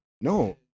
No